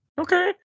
okay